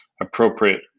appropriate